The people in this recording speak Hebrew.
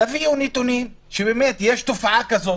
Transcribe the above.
תביאו נתונים שיש תופעה כזאת